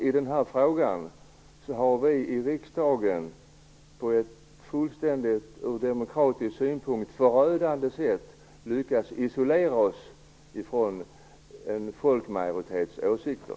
I den här frågan har riksdagen på ett ur demokratisk synpunkt fullständigt förödande sätt lyckats isolera sig från folkmajoritetens åsikter.